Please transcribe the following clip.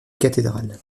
cathédrale